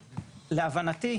להבנתי,